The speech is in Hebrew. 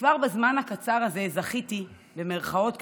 כבר בזמן הקצר הזה "זכיתי", במירכאות כמובן,